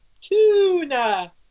Tuna